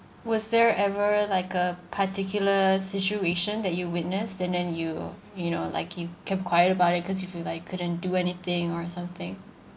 was there ever like a particular situation that you witness and then you you know like you kept quiet about it cause you feel like couldn't do anything or something